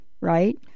right